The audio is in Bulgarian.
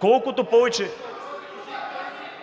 Колкото повече…